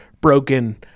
broken